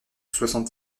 soixante